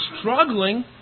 struggling